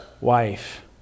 wife